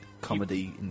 Comedy